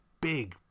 big